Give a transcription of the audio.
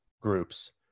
groups